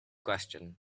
question